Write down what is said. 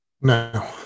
No